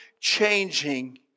changing